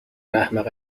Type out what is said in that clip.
احمقه